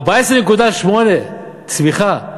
14.8 צמיחה,